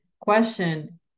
question